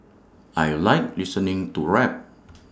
I Like listening to rap